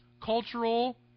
cultural